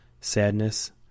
sadness